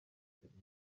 afite